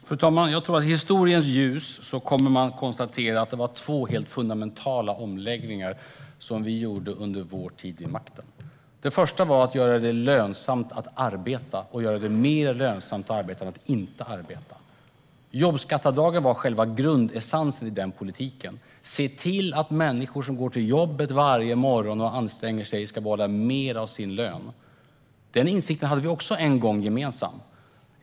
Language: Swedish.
Fru talman! Jag tror att man i historiens ljus kommer att konstatera att det var två helt fundamentala omläggningar som vi gjorde under vår tid vid makten. Den första handlade om att göra det lönsamt att arbeta och om att göra det mer lönsamt att arbeta än att inte arbeta. Jobbskatteavdragen var själva grundessensen i den politiken. Det handlade om att se till att människor som går till jobbet varje morgon och anstränger sig ska behålla mer av sin lön. Den insikten hade vi en gång gemensam.